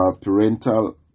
parental